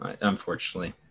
Unfortunately